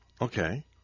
Okay